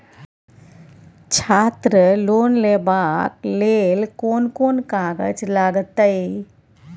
छात्र लोन लेबाक लेल कोन कोन कागज लागतै?